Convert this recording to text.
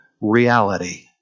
reality